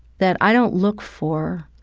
that i don't look for